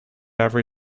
every